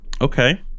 okay